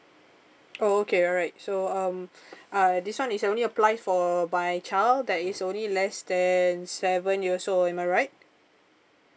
oh okay alright so um uh this one is only apply for by child that is only less than seven years old am I right